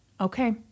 okay